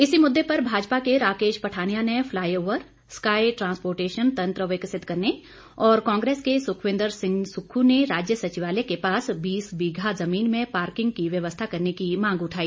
इसी मुद्दे पर भाजपा के राकेश पठानिया ने फ्लाईओवर स्काई ट्रांसपोर्टेशन तंत्र विकसित करने और कांग्रेस के सुखविंद्र सिंह सुक्खू ने राज्य सचिवालय के पास बीस बीघा जमीन में पार्किंग की व्यवस्था करने की मांग उठाई